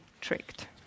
tricked